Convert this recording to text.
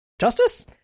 justice